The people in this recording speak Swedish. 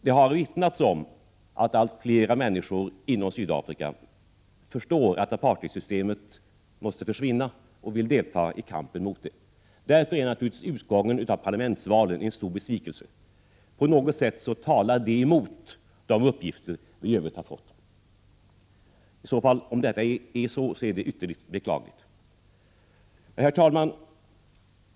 Det har vittnats om att allt fler människor inom Sydafrika förstår att apartheidsystemet måste försvinna och vill delta i kampen mot det. Därför är naturligtvis utgången av parlamentsvalen en stor besvikelse. På något vis talar detta emot de uppgifter som vi i övrigt har fått. Om förhållandena är sådana är det ytterligt beklagligt. Herr talman!